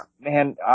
man